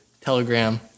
Telegram